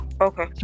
Okay